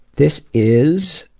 this is